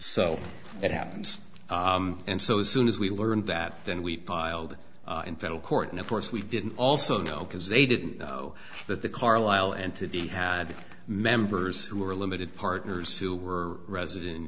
so it happened and so as soon as we learned that then we piled in federal court and of course we didn't also know because they didn't know that the carlisle entity had members who were limited partners who were r